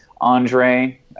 Andre